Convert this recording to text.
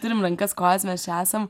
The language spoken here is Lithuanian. turim rankas kojas mes čia esam